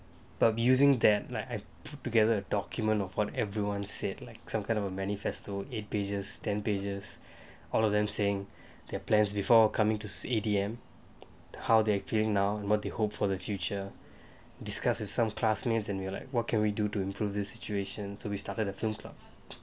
but I'll using that like I put together a document of what everyone said like some kind of a manifesto eight pages ten pages all of them saying their plans before coming to C_D_A_M how they're feeling now what they hope for the future discuss with some classmates then we were like what can we do to improve this situation so we started a Zoom talk